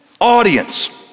audience